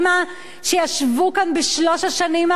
שישבו כאן בשלוש השנים האחרונות,